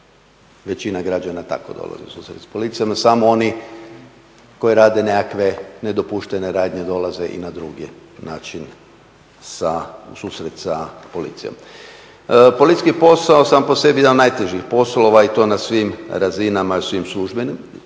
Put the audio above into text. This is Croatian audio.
Većina građana tako dolazi u susret sa policijom, no samo oni koji rade nekakve nedopuštene radnje dolaze i na drugi način u susret sa policijom. Policijski posao sam po sebi je jedan od najtežih poslova i to na svim razinama …/Govornik